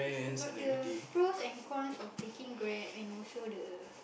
she got the pros and cons of taking grab and also the